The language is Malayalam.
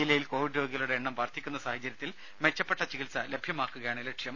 ജില്ലയിൽ കോവിഡ് രോഗികളുടെ എണ്ണം വർധിക്കുന്ന സാഹചര്യത്തിൽ മെച്ചപ്പെട്ട ചികിത്സ ലഭ്യമാക്കുകയാണ് ലക്ഷ്യം